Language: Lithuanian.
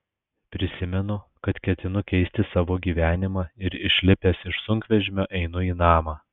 prisimenu kad ketinu keisti savo gyvenimą ir išlipęs iš sunkvežimio einu į namą